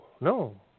no